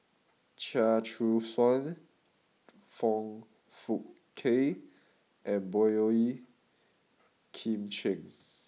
Chia Choo Suan Foong Fook Kay and Boey Kim Cheng